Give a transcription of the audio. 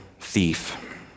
thief